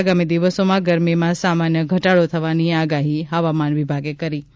આગામી દિવસોમાં ગરમીમાં સામાન્ય ઘટાડો થવાની આગાહી હવામાન વિભાગે કરી છે